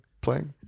playing